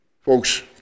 Folks